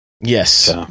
Yes